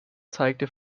zeigte